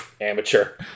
amateur